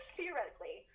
theoretically